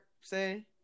say